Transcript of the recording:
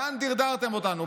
לאן דרדרתם אותנו?